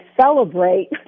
celebrate